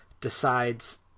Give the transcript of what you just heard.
decides